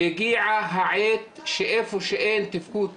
והגיעה העת שאיפה שאין תפקוד טוב,